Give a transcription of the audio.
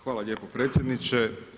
Hvala lijepo predsjedniče.